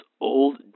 old